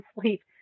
sleep